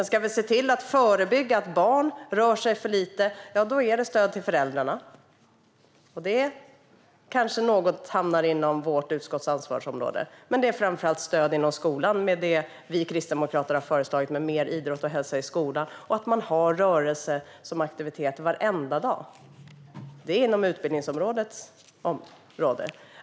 Ska vi se till att förebygga att barn rör sig för lite handlar det om stöd till föräldrarna, vilket kanske hamnar delvis inom vårt utskotts ansvarsområde, men framför allt handlar det om stöd inom skolan i form av det vi kristdemokrater har föreslagit: mer idrott och hälsa i skolan och att man har rörelse som aktivitet varenda dag. Det ligger inom utbildningsutskottets område.